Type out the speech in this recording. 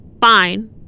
fine